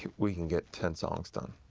we can get ten songs done.